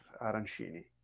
arancini